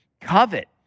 covet